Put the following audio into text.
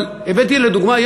אבל הבאתי לדוגמה.